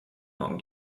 not